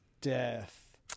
death